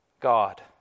God